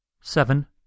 Seven